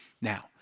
now